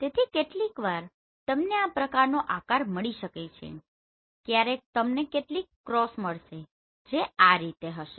તેથી કેટલીકવાર તમને આ પ્રકારનો આકાર મળી શકે છે ક્યારેક તમને કેટલીક ક્રોસ મળશે જે આ રીતે હશે